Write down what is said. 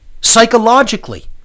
psychologically